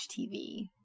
TV